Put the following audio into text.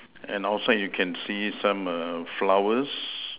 and outside you can see some err flowers